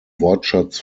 wortschatz